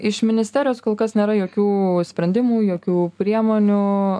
iš ministerijos kol kas nėra jokių sprendimų jokių priemonių